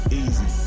easy